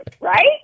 Right